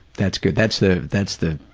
that's good. that's the that's the